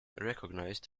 recognized